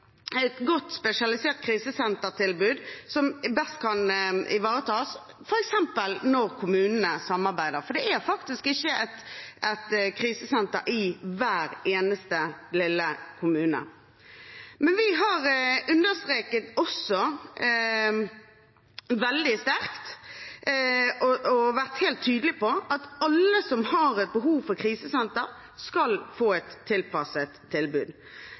et godt spesialisert krisesentertilbud, som best kan ivaretas f.eks. når kommunene samarbeider. For det er faktisk ikke et krisesenter i hver eneste lille kommune. Men vi har også understreket veldig sterkt og vært helt tydelige på at alle som har behov for krisesenter, skal få et tilpasset tilbud.